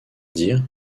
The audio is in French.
dire